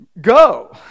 go